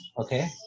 Okay